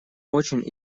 очень